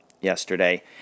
yesterday